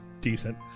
decent